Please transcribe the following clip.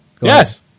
Yes